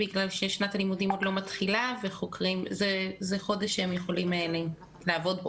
בגלל ששנת הלימודים עוד לא מתחילה וזה חודש שהם יכולים לעבוד בו,